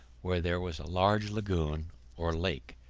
where there was a large lagoon or lake,